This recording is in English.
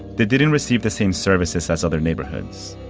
they didn't receive the same services as other neighborhoods.